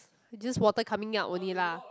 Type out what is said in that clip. just water coming out only lah